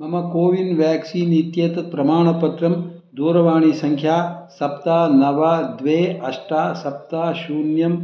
मम CoWIN vaccine इत्येतत् प्रमाणपत्रं दूरवाणीसङ्ख्यां सप्त नव द्वे अष्ट सप्त शून्यं